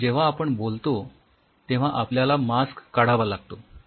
कारण जेव्हा आपण बोलतो तेव्हा आपल्याला मास्क काढावा लागतो